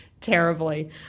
terribly